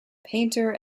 painter